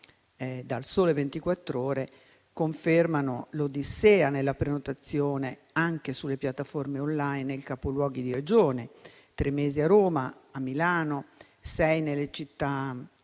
«Il Sole 24 Ore», confermano l'odissea della prenotazione anche sulle piattaforme *online* nei capoluoghi di Regione: tre mesi a Roma e a Milano, mentre in